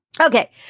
Okay